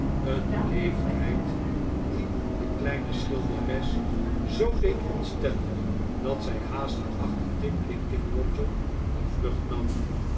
een beleefdheid die de kleine schilderes zoo deed ontstellen dat zij haastig achter tim linkinwater de vlucht nam